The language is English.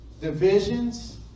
divisions